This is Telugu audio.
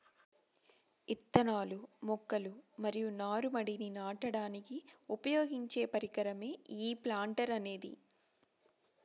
ఇత్తనాలు, మొక్కలు మరియు నారు మడిని నాటడానికి ఉపయోగించే పరికరమే ఈ ప్లాంటర్ అనేది